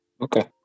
Okay